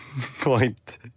point